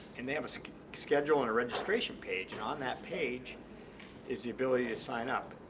and they have a schedule and a registration page and on that page is the ability to sign up.